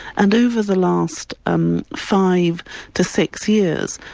and over the last um five to six years,